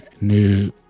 new